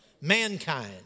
mankind